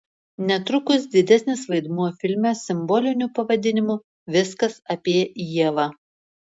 netrukus didesnis vaidmuo filme simboliniu pavadinimu viskas apie ievą